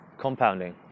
compounding